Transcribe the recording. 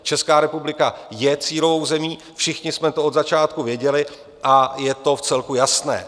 Česká republika je cílovou zemí, všichni jsme to od začátku věděli a je to vcelku jasné.